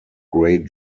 great